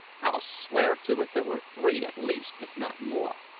i'll swear to it there were three at least, if not more.